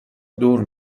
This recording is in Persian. دور